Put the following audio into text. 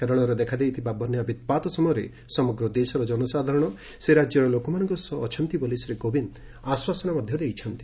କେରଳରେ ଦେଖାଦେଇଥିବା ବନ୍ୟା ବିପ୍ପାତ ସମୟରେ ସମଗ୍ର ଦେଶର ଜନସାଧାରଣ ସେ ରାଜ୍ୟର ଲୋକମାନଙ୍କ ସହ ଅଛନ୍ତି ବୋଲି ଶ୍ରୀ କୋବିନ୍ଦ ଆଶ୍ୱାସନା ଦେଇଛନ୍ତି